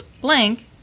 blank